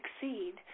succeed